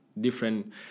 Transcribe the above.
different